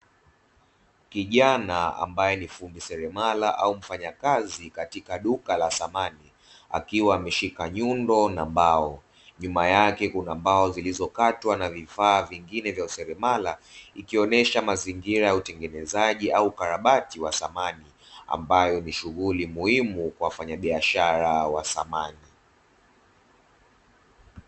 Kijana ambaye ni fundi seremala au mfanyakazi katika duka la samani akiwa ameshika nyundo na mbao nyuma yake kuna mbao zilizokatwa na vifaa vingine vya useremala, ikionyesha mazingira ya utengenezaji au ukarabati wa samani ambayo ni shughuli muhimu kwa wafanyabiashara wa samani.